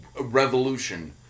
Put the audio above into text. revolution